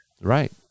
right